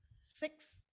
six